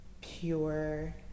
pure